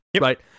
right